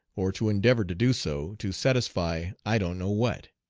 or to endeavor to do so, to satisfy i don't know what